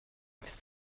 willst